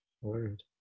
Word